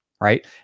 right